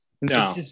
No